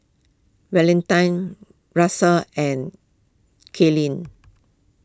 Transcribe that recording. Valentine Russel and Kaylen